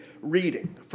reading